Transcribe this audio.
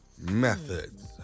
methods